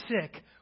sick